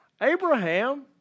Abraham